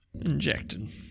Injected